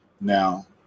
now